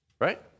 right